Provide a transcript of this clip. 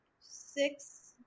six